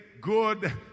good